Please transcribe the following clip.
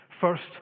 first